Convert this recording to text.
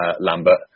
Lambert